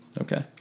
Okay